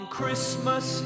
Christmas